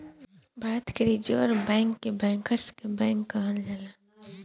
भारत में reserve bank के bankers के बैंक कहल जाला